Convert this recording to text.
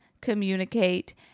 communicate